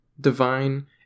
divine